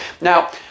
Now